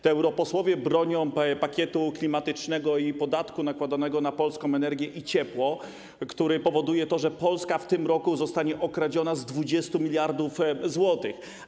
To europosłowie bronią pakietu klimatycznego i podatku nakładanego na polską energię i ciepło, który powoduje to, że Polska w tym roku zostanie okradziona z 20 mld zł.